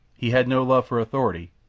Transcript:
he had no love for authority,